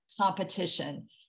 competition